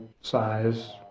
size